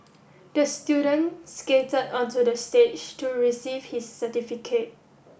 the student skated onto the stage to receive his certificate